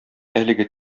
әлеге